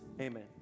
amen